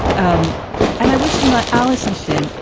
um and i wish you not alison shin.